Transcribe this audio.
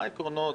מה העקרונות